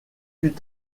huit